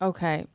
Okay